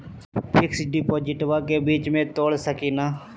Fix डिपोजिटबा के बीच में तोड़ सकी ना?